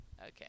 okay